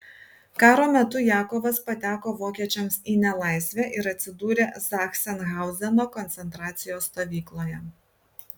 karo metu jakovas pateko vokiečiams į nelaisvę ir atsidūrė zachsenhauzeno koncentracijos stovykloje